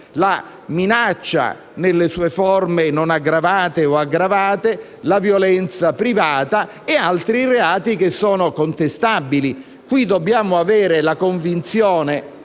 la minaccia nelle sue forme non aggravate o aggravate, la violenza privata e altri reati che sono contestabili. Qui dobbiamo avere la convinzione,